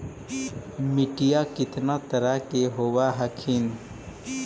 मिट्टीया कितना तरह के होब हखिन?